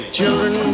Children